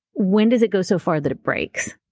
when does it go so far that it breaks?